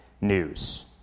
news